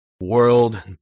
WORLD